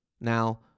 Now